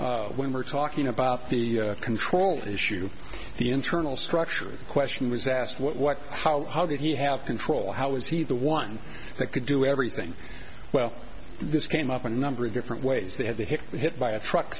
addition when we're talking about the control issue the internal structure question was asked what how how did he have control how was he the one that could do everything well this came up a number of different ways they had the hit hit by a truck